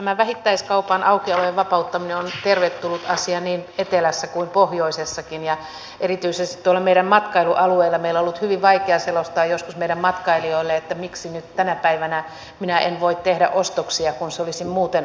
tämä vähittäiskaupan aukiolon vapauttaminen on tervetullut asia niin etelässä kuin pohjoisessakin ja erityisesti tuolla meidän matkailualueella meillä on ollut hyvin vaikea selostaa joskus meidän matkailijoille miksi nyt tänä päivänä minä en voi tehdä ostoksia kun se olisi muuten ohjelmaan sopinut